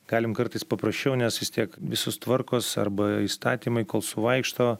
galim kartais paprasčiau nes vis tiek visos tvarkos arba įstatymai kol suvaikšto